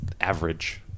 average